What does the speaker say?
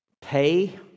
Pay